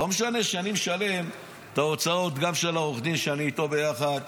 לא משנה שאני משלם את ההוצאות גם של העורך דין שאני איתו ביחד,